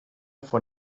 von